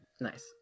Nice